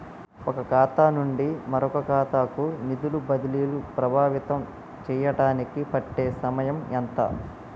ఒక ఖాతా నుండి మరొక ఖాతా కు నిధులు బదిలీలు ప్రభావితం చేయటానికి పట్టే సమయం ఎంత?